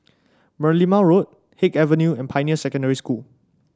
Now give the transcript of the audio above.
Merlimau Road Haig Avenue and Pioneer Secondary School